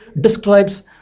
describes